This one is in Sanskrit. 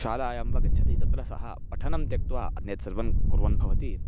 शालायां वा गच्छति तत्र सः पठनं त्यक्त्वा अन्यत् सर्वं कुर्वन् भवति